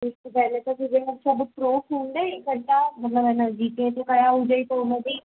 पहिरीं त तुंहिंजे वटि सभु प्रूफ हूंदई त छा मतिलब आहिनि जी पे ते करायो हुजेई त उनजी